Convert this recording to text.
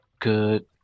good